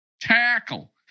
tackle